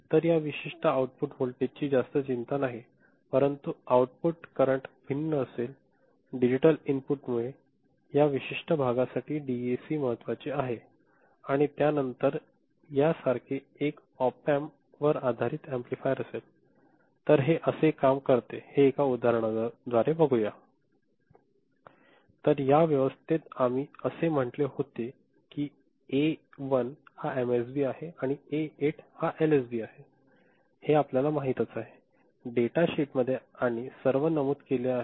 तर या विशिष्ट आउटपुट व्होल्टेजची जास्त चिंता नाही परंतु आउटपुट करंट भिन्न असेल डिजिटल इनपुट मुळे या विशिष्ठ भागासाठी डीएसी महत्वाचे आहे आणि त्यानंतर या सारखे एक ओप एम्प आधारित एम्पलीफायर असेल तर हे कसे काम करते ते एका उदाहरणाद्वारे बघूया तर या व्यवस्थेत आम्ही असे म्हटले होते की ए 1 हा एमएसबी आहे आणि ए 8 हे एलएसबी आहे हे आपल्याला माहितीच आहे डेटा शीटमध्ये आणि सर्व नमूद केले आहे